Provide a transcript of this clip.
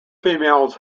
females